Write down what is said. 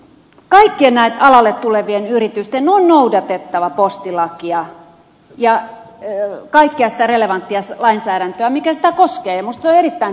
kaikkien näiden alalle tulevien yritysten on noudatettava postilakia ja kaikkea sitä relevanttia lainsäädäntöä mikä sitä koskee ja minusta se on erittäin tärkeätä